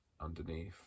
underneath